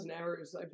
hours